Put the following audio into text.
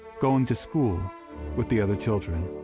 going to school with the other children.